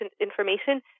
information